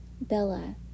Bella